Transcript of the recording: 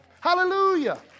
Hallelujah